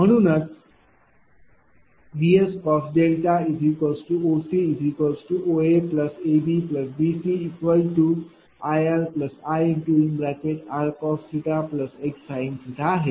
म्हणून Vs cos OCOAABBCVRIr cos x sin आहे